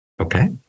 Okay